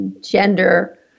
gender